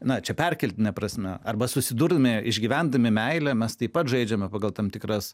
na čia perkeltine prasme arba susidurdami išgyvendami meilę mes taip pat žaidžiame pagal tam tikras